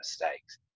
mistakes